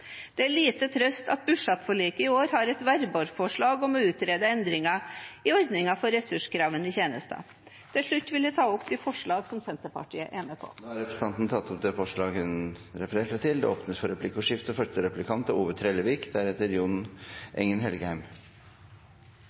Det er lite trøst i at budsjettforliket i år har et verbalforslag om å utrede endringer i ordningen for ressurskrevende tjenester. Til slutt vil jeg ta opp de forslagene Senterpartiet er med på. Representanten Heidi Greni har tatt opp de forslagene hun refererte til. Det blir replikkordskifte. Kommunereforma er